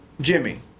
Jimmy